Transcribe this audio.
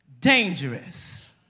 dangerous